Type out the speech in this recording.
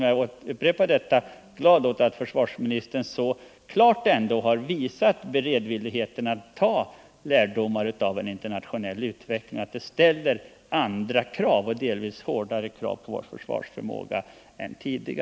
Jag upprepar att jag är glad åt att försvarsministern så klart visat beredvillighet att ta lärdom av den internationella utvecklingen och att inse att den ställer andra och delvis hårdare krav än tidigare på vår försvarsförmåga.